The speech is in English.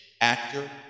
actor